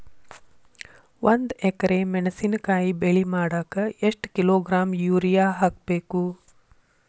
ಒಂದ್ ಎಕರೆ ಮೆಣಸಿನಕಾಯಿ ಬೆಳಿ ಮಾಡಾಕ ಎಷ್ಟ ಕಿಲೋಗ್ರಾಂ ಯೂರಿಯಾ ಹಾಕ್ಬೇಕು?